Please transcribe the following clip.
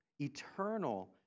eternal